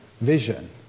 vision